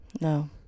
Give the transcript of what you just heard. No